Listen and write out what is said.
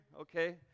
okay